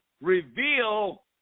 reveal